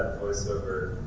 voiceover